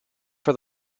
for